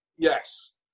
Yes